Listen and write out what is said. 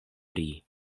pri